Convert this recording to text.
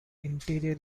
interior